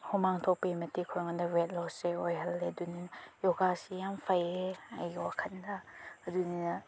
ꯍꯨꯃꯥꯡ ꯊꯣꯛꯄꯒꯤ ꯃꯇꯤꯛ ꯑꯩꯈꯣꯏꯉꯣꯟꯗ ꯋꯦꯠ ꯂꯣꯁꯁꯦ ꯑꯣꯏꯍꯜꯂꯦ ꯑꯗꯨꯏꯗꯨꯅ ꯌꯣꯒꯥꯁꯦ ꯌꯥꯝ ꯐꯩꯌꯦ ꯑꯩꯒꯤ ꯋꯥꯈꯜꯗ ꯑꯗꯨꯅꯤꯅ